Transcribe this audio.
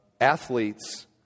athletes